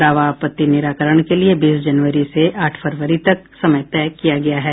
दावा आपत्ति निराकरण के लिये बीस जनवरी से आठ फरवरी तक समय तय किया गया है